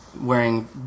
wearing